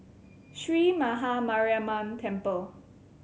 Sree Maha Mariamman Temple